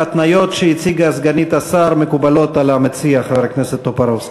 ההתניות שהציגה סגנית השר מקובלות על המציע חבר הכנסת טופורובסקי?